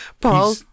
Paul